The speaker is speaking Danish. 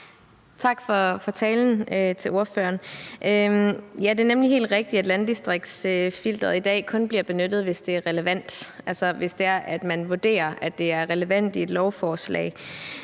ordføreren for talen. Det er nemlig helt rigtigt, at landdistriktsfilteret i dag kun bliver benyttet, hvis det er relevant, altså hvis man vurderer, at det er relevant i et lovforslag.